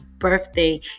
birthday